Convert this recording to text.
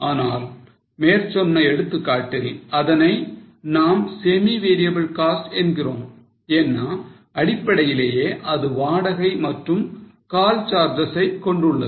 ஆனால் மேற்சொன்ன எடுத்துக்காட்டில் அதனை நாம் செமி வேரியபிள் காஸ்ட் என்கிறோம் ஏன்னா அடிப்படையிலேயே அது வாடகை மற்றும் கால் சார்ஜஸ் ஐ கொண்டுள்ளது